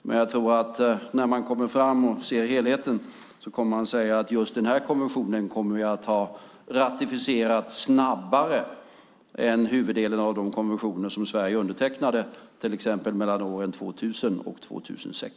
Men när man kommer fram och ser helheten kommer man att säga att just den konventionen kommer vi att ha ratificerat snabbare än huvuddelen av de konventioner som Sverige undertecknade till exempel mellan åren 2000 och 2006.